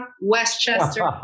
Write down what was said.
Westchester